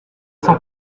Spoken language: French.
cent